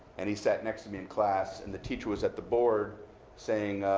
and he sat next to me in class. and the teacher was at the board saying,